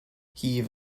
heave